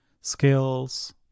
skills